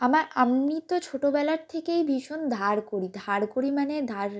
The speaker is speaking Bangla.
আমার আমি তো ছোটোবেলার থেকেই ভীষণ ধার করি ধার করি মানে ধার